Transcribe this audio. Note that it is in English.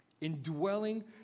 Indwelling